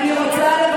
הם היו חברים